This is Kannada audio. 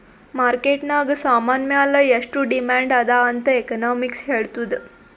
ಮಾರ್ಕೆಟ್ ನಾಗ್ ಸಾಮಾನ್ ಮ್ಯಾಲ ಎಷ್ಟು ಡಿಮ್ಯಾಂಡ್ ಅದಾ ಅಂತ್ ಎಕನಾಮಿಕ್ಸ್ ಹೆಳ್ತುದ್